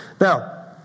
Now